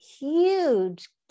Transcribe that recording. huge